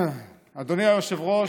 אדוני היושב-ראש,